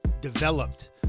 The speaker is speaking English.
developed